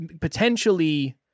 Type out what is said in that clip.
potentially